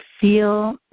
feel